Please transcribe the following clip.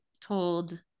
told